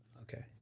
Okay